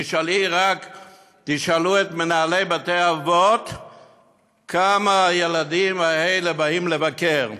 תשאלו את מנהלי בתי-האבות כמה הילדים האלה באים לבקר.